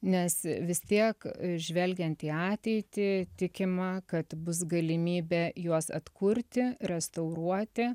nes vis tiek žvelgiant į ateitį tikima kad bus galimybė juos atkurti restauruoti